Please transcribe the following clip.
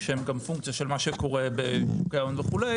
שהם גם פונקציה של מה שקורה בשוקי ההון וכו',